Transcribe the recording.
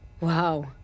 Wow